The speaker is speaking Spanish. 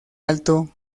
alto